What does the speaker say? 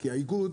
כי האיגוד